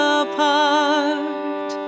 apart